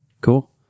Cool